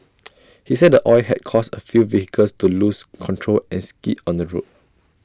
he said oil had caused A few vehicles to lose control and skid on the road